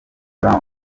brown